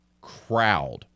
crowd